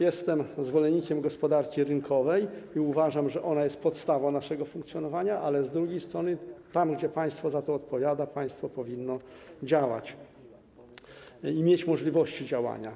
Jestem zwolennikiem gospodarki rynkowej i uważam, że ona jest podstawą naszego funkcjonowania, ale z drugiej strony tam, gdzie państwo za to odpowiada, to państwo powinno działać, mieć możliwości działania.